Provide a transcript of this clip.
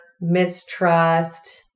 mistrust